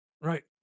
right